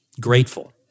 grateful